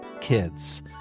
kids